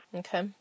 okay